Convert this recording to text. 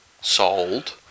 sold